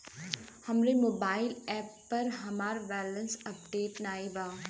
हमरे mobile app पर हमार बैलैंस अपडेट नाई बा